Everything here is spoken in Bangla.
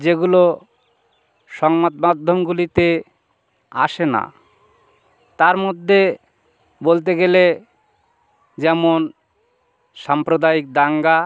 যেগুলো সংবাদ মাধ্যমগুলিতে আসে না তার মধ্যে বলতে গেলে যেমন সাম্প্রদায়িক দাঙ্গা